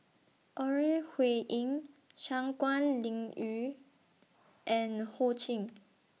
Ore Huiying Shangguan Liuyun and Ho Ching